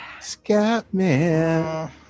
Scatman